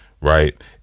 Right